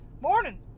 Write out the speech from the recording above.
Morning